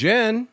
Jen